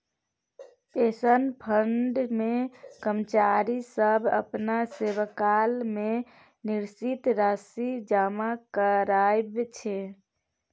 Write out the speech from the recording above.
pension fund मे कर्मचारी सब अपना सेवाकाल मे निश्चित राशि जमा कराबै छै